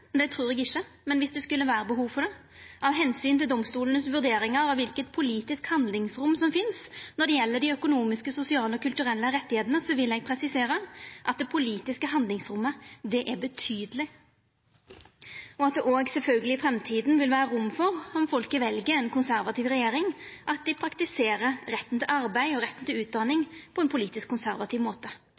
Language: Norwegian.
det trur eg ikkje – av omsyn til domstolanes vurderingar av kva for politisk handlingsrom som finst når det gjeld dei økonomiske, sosiale og kulturelle rettane, vil eg presisera at det politiske handlingsrommet er betydeleg, og at det sjølvsagt òg i framtida vil vera rom for, om folket vel ei konservativ regjering, at ein praktiserer retten til arbeid og retten til utdanning på ein politisk konservativ måte.